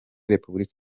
republika